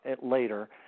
later